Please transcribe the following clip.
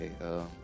Okay